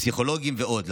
פסיכולוגים ועוד.